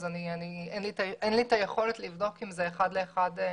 אין לי את היכולת לבדוק אם זה אחד לאחד.